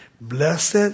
Blessed